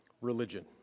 religion